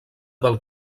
del